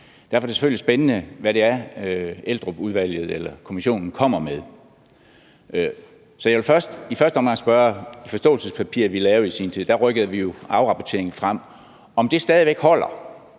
Derfor er det selvfølgelig spændende, hvad det er, Eldrupkommissionen kommer med. Så jeg vil i første omgang spørge: I det forståelsespapir, vi lavede i sin tid, rykkede vi jo afrapporteringen frem. Holder det stadig væk?